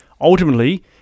ultimately